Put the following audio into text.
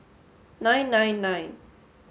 nine nine nine